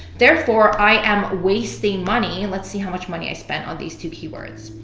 therefore, i am wasting money, let's see how much money i spent on these two keywords,